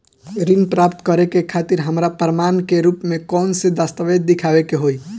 ऋण प्राप्त करे के खातिर हमरा प्रमाण के रूप में कउन से दस्तावेज़ दिखावे के होइ?